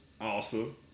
awesome